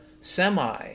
semi